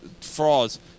frauds